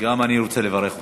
גם אני רוצה לברך אותם.